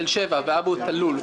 תל שבע ואבו תלול.